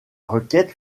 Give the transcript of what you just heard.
requêtes